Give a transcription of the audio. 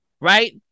right